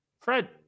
Fred